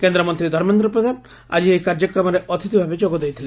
କେନ୍ଦ ମନ୍ତୀ ଧର୍ମେନ୍ଦ୍ର ପ୍ରଧାନ ଆକି ଏହି କାର୍ଯ୍ରକ୍ରମରେ ଅତିଥି ଭାବେ ଯୋଗ ଦେଇଥିଲେ